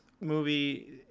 movie